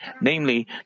Namely